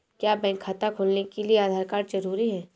क्या बैंक खाता खोलने के लिए आधार कार्ड जरूरी है?